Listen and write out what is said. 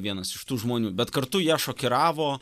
vienas iš tų žmonių bet kartu ją šokiravo